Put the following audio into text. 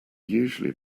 usually